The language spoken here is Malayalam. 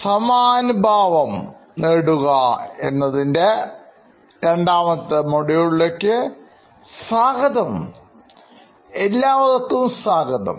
സമാനുഭാവം നേടുക എന്നതിൻറെ രണ്ടാമത്തെ ഭാഗത്തേക്ക് എല്ലാവർക്കും സ്വാഗതം